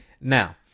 Now